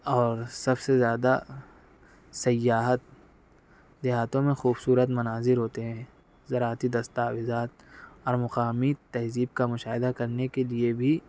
اور سب سے زیادہ سیاحت دیہاتوں میں خوبصورت مناظر ہوتے ہیں زراعتی دستاویزات اور مقامی تہذیب کا مشاہدہ کرنے کے لیے بھی